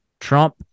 Trump